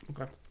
Okay